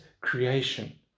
creation